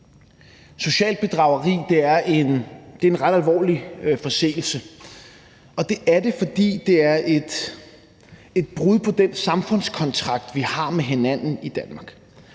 Socialt bedrageri er en ret alvorlig forseelse, og det er det, fordi det er et brud på den samfundskontrakt, vi har med hinanden i Danmark,